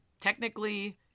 technically